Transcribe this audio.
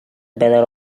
battle